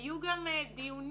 היו גם דיונים